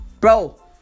Bro